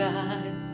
God